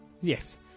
Yes